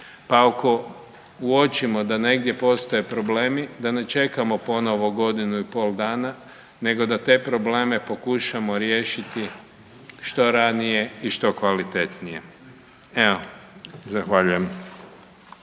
pa ako uočimo da negdje postoje problemi, da ne čekamo ponovno godinu i pol dana nego da te probleme pokušamo riješiti što ranije i što kvalitetnije. Evo zahvaljujem.